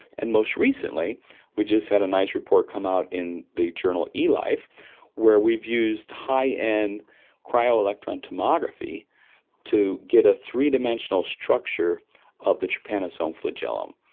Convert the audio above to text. and most recently we just had a nice report come out in the journal elife where we've used high-end cryo-electron tomography to get a three-dimensional structure of the trypanosome flagellum,